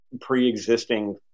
pre-existing